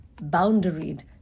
boundaried